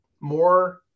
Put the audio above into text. more